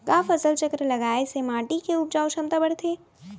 का फसल चक्र लगाय से माटी के उपजाऊ क्षमता बढ़थे?